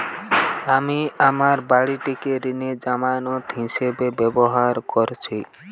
আমি আমার বাড়িটিকে ঋণের জামানত হিসাবে ব্যবহার করেছি